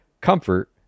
Comfort